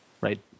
Right